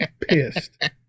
pissed